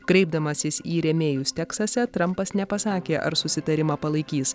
kreipdamasis į rėmėjus teksase trampas nepasakė ar susitarimą palaikys